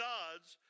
God's